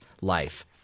life